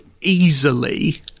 easily